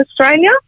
Australia